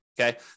Okay